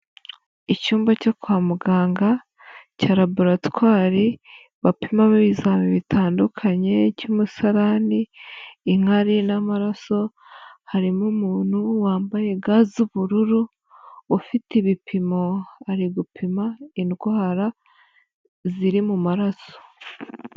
Icyumba cyo kwa muganga cya laboratwari, bapimamo ibizami bitandukanye, icy'umusarani, inkari n'amaraso, harimo umuntu wambaye ga z'ubururu, ufite ibipimo, ari gupima indwara, ziri mu maraso.